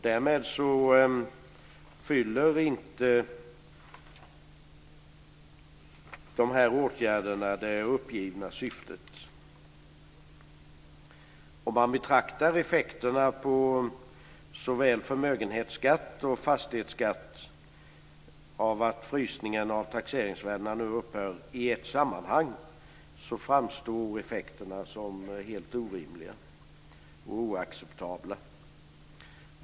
Därmed fyller dessa åtgärder inte det uppgivna syftet. Om man betraktar effekterna av att frysningen av taxeringsvärdena nu upphör på såväl förmögenhetsskatt som fastighetsskatt i ett sammanhang framstår effekterna som helt orimliga och oacceptabla.